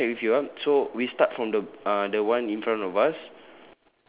um let me check with you ah so we start from the uh the one in front of us